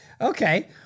okay